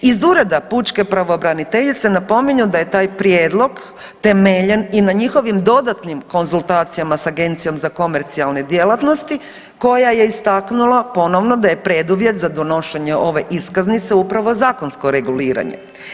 Iz Ureda pučke pravobraniteljice napominju da je taj prijedlog temeljen i na njihovim dodatnim konzultacijama sa Agencijom za komercijalne djelatnosti koja je istaknula ponovno da je preduvjet za donošenje ove iskaznice upravo zakonsko reguliranje.